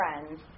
friends